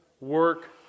work